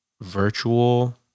virtual